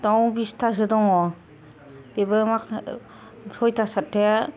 दाउ बिसथा सो दङ बिबो सयथा सातथाया